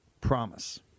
promise